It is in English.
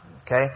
Okay